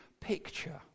picture